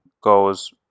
goes